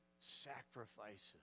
sacrifices